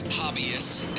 hobbyists